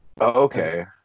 Okay